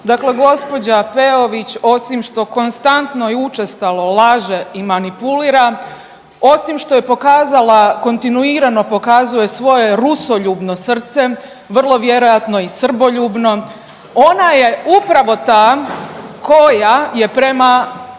dakle gospođa Peović osim što konstantno i učestalo laže i manipulira, osim što je pokazala, kontinuirano pokazuje svoje rusoljubno srce vrlo vjerojatno i srboljubno ona je upravo ta koja je prema